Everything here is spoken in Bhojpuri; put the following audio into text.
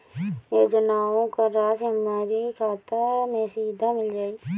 योजनाओं का राशि हमारी खाता मे सीधा मिल जाई?